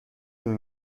اون